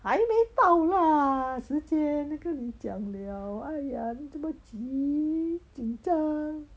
还没到 lah 时间都跟你讲 liao !aiya! 你这么急紧张